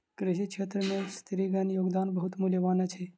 कृषि क्षेत्र में स्त्रीगणक योगदान बहुत मूल्यवान अछि